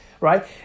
right